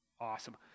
awesome